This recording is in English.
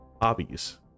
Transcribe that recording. Hobbies